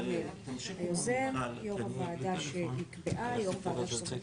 אזולאי וחה"כ רוטמן,